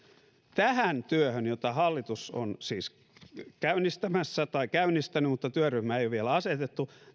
tähän työhön jota hallitus on siis käynnistämässä tai käynnistänyt mutta työryhmää ei ole vielä asetettu